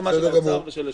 הסכמה של האוצר ושל השיכון.